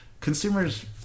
consumers